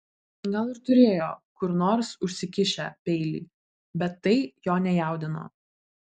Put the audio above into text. gal ir turėjo kur nors užsikišę peilį bet tai jo nejaudino